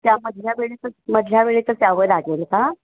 त्या मधल्या वेळेतच मधल्या वेळेतच यावं लागेल का